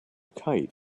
kite